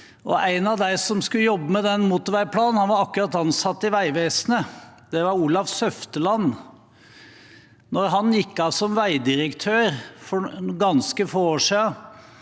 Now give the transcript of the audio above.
En av dem som skulle jobbe med den motorveiplanen, var akkurat ansatt i Vegvesenet. Det var Olav Søfteland. Da han gikk av som veidirektør for ganske få år siden,